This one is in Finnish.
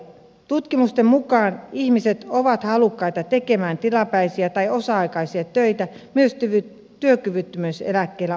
tutkimusten mukaan ihmiset ovat halukkaita tekemään tilapäisiä tai osa aikaisia töitä myös työkyvyttömyyseläkkeellä ollessaan